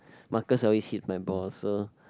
Marcus always hit my ball so